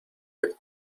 del